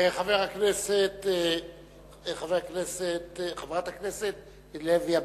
חברת הכנסת לוי אבקסיס.